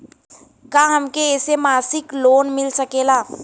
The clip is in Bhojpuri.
का हमके ऐसे मासिक लोन मिल सकेला?